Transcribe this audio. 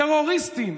טרוריסטים,